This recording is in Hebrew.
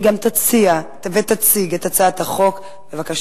אני קובעת שהצעת חוק פיקוח על בתי-ספר (תיקון מס' 8)